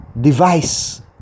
device